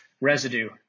residue